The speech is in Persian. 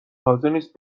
حاضرنیست